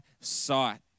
sight